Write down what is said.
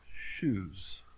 shoes